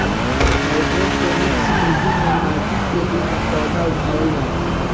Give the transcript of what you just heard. hydroponics विधि में माटी के बिना पौधा उगावल जाला